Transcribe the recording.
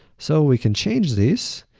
so, we can change these.